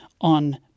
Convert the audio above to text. on